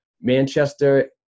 Manchester